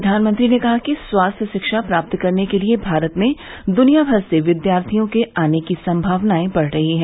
प्रधानमंत्री ने कहा कि स्वास्थ्य शिक्षा प्राप्त करने के लिए भारत में दुनियाभर से विद्यार्थियों के आने की संभावनाएं बढ़ रही हैं